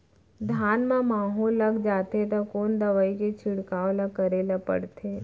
धान म माहो लग जाथे त कोन दवई के छिड़काव ल करे ल पड़थे?